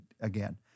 again